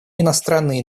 иностранные